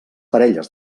parelles